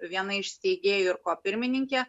viena iš steigėjų ir ko pirmininkė